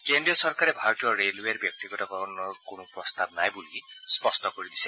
কেন্দ্ৰীয় চৰকাৰে ভাৰতীয় ৰেলৱেৰ ব্যক্তিগতকৰণৰ কোনো প্ৰস্তাৱ নাই বুলি স্পষ্ট কৰি দিছে